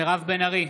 מירב בן ארי,